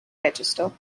register